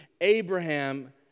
Abraham